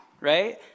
right